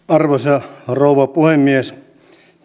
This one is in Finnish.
arvoisa rouva puhemies